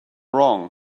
wrong